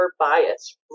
bias